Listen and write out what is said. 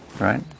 Right